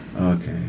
okay